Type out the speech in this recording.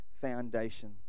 foundation